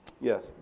yes